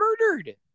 murdered